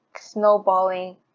snowballing